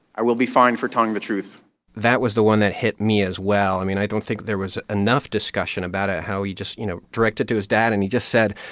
i will be fine for telling the truth that was the one that hit me as well. i mean, i don't think there was enough discussion about it, how he just, you know, directed to his dad. and he just said,